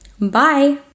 Bye